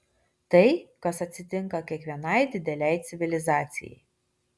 tai kas atsitinka kiekvienai didelei civilizacijai